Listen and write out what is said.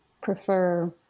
prefer